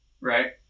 right